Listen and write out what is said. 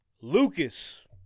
Lucas